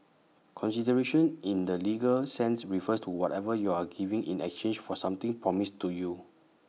consideration in the legal sense refers to whatever you are giving in exchange for something promised to you